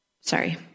sorry